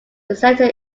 center